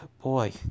Boy